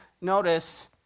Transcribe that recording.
notice